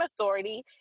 authority